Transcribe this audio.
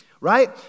right